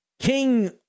King